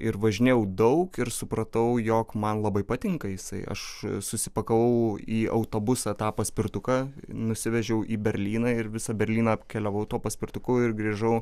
ir važinėjau daug ir supratau jog man labai patinka jisai aš susipakavau į autobusą tą paspirtuką nusivežiau į berlyną ir visą berlyną apkeliavau tuo paspirtuku ir grįžau